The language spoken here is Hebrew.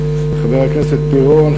חבר הכנסת פירון,